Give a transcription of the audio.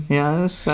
yes